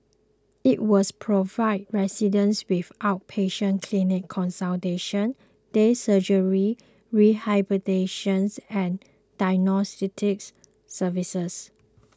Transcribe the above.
it was provide residents with outpatient clinic consultation day surgery rehabilitations and diagnostics services